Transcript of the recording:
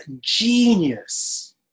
genius